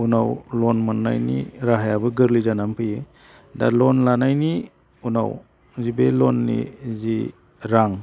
उनाव लन मोन्नायनि राहायाबो गोरलै जानानै फैयो दा लन लानायनि उनाव जे बे लननि जि रां